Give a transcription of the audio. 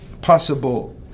possible